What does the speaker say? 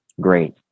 Great